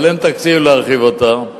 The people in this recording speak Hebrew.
אבל אין תקציב להרחיב אותה.